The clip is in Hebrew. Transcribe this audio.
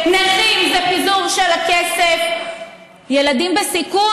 מר כלכלה פיזר את הכסף והשאיר את הקופה ריקה.